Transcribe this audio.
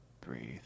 breathe